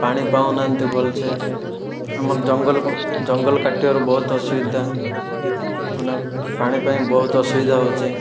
ପାଣି ପାଉନାହାନ୍ତି ଭଲସେ ଆମର ଜଙ୍ଗଲକୁ ଜଙ୍ଗଲ କାଟିବାର ବହୁତ ଅସୁବିଧା ମାନେ ପାଣି ପାଇଁ ବହୁତ ଅସୁବିଧା ହେଉଛି